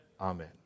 Amen